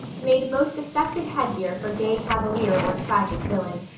made most effective headgear for gay cavalier or tragic villain.